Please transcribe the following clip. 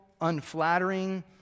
unflattering